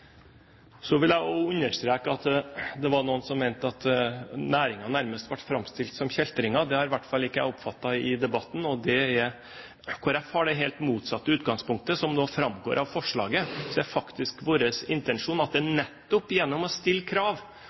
Jeg vil også understreke det som ble sagt om at noen mener at de som er i næringen, nærmest blir framstilt som kjeltringer. Det har i hvert fall ikke jeg oppfattet i debatten. Kristelig Folkeparti har det helt motsatte utgangspunktet, som det også framgår av forslaget. Det er faktisk vår intensjon at nettopp gjennom å stille krav